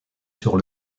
sur